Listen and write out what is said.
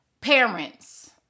parents